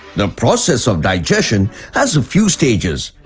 the process of digestion has a few stages.